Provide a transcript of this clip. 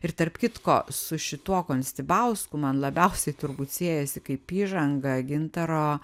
ir tarp kitko su šituo konstibausku man labiausiai turbūt siejasi kaip įžanga gintaro